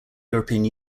european